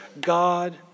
God